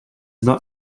not